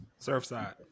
Surfside